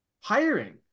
hiring